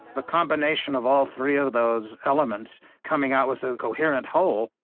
the combination of all three of those elements coming out with a coherent whole,